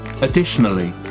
Additionally